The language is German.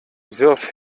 wirf